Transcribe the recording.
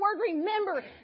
remember